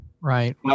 Right